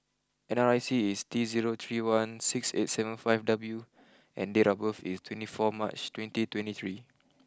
N R I C is T zero three one six eight seven five W and date of birth is twenty four March twenty twenty three